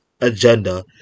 agenda